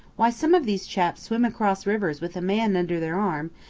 why, some of these chaps swim across rivers with a man under their arm,